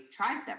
tricep